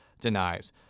denies